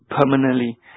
permanently